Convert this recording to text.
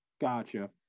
Gotcha